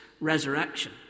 resurrection